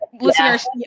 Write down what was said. listeners